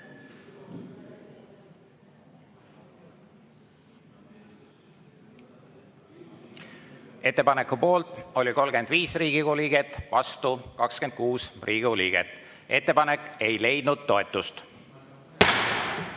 Ettepaneku poolt oli 35 Riigikogu liiget, vastu 26 Riigikogu liiget. Ettepanek ei leidnud toetust.